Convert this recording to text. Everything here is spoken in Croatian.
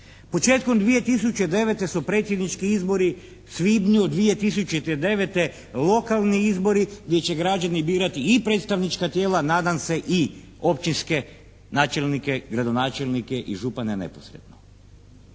Početkom 2009. su predsjednički izbori. U svibnju 2009. lokalni izbori gdje će građani birati i predstavnička tijela, nadam se i općinske načelnike, gradonačelnike i župane neposredno.